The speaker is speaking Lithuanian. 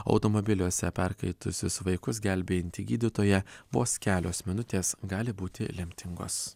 automobiliuose perkaitusius vaikus gelbėjanti gydytoja vos kelios minutės gali būti lemtingos